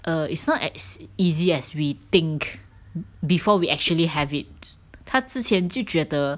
err it's not as easy as we think before we actually have it 他之前就觉得